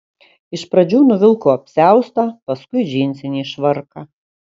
iš pradžių nuvilko apsiaustą paskui džinsinį švarką